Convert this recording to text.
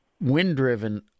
wind-driven